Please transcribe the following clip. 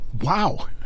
Wow